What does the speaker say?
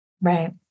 Right